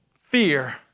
fear